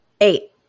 Eight